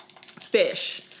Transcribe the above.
fish